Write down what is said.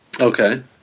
Okay